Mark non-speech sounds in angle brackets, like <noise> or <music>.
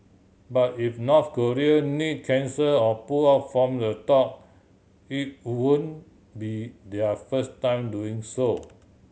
but if North Korea <unintelligible> cancel or pull out from the talk it wouldn't be their first time doing so